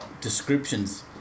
descriptions